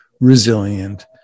resilient